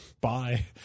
Bye